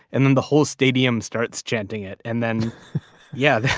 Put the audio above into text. and then the whole stadium starts chanting it and then yeah,